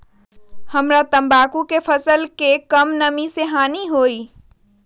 हमरा तंबाकू के फसल के का कम नमी से हानि होई?